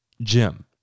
Jim